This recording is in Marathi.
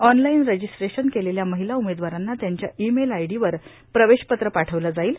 ऑनलाईन रजिस्ट्रेशन केलेल्या र्माहला उमेदवारांना त्यांच्या ई मेल आयडीवर प्रवेशपत्र पार्ठावले जाईल